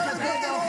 לדבר ככה.